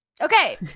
okay